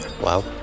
Wow